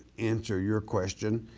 answer your question.